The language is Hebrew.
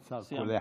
קצר, קולע.